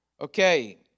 Okay